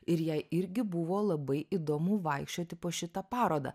ir jai irgi buvo labai įdomu vaikščioti po šitą parodą